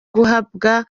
guhabwa